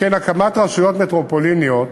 שכן הקמת רשויות מטרופוליניות